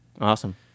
Awesome